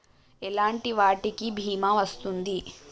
ఎలాంటి వాటికి బీమా వస్తుంది?